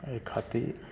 एहि खातिर